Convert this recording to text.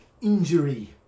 injury